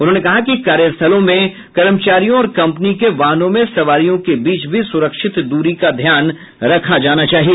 उन्होने कहा कि कार्यस्थलों में कर्मचारियों और कंपनी के वाहनों में सवारियों के बीच भी सुरक्षित दूरी का ध्यान रखा जाना चाहिए